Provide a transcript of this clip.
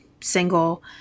single